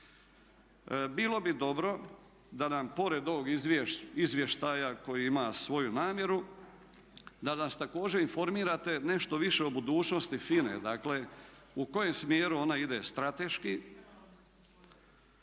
Bilo bi dobro da nam pored ovog izvještaja koji ima svoju namjeru, da nas također informirate nešto više o budućnosti FINA-e, dakle u kojem smjeru ona ide strateški,